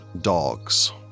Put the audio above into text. dogs